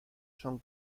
son